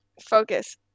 Focus